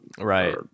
Right